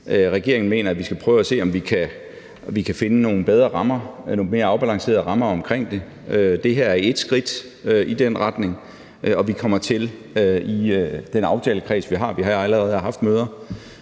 Regeringen mener, at vi skal prøve at se, om vi kan finde nogle bedre og nogle mere afbalancerede rammer omkring det. Det her er ét skridt i den retning, og i den aftalekreds, vi har, kommer vi til at kigge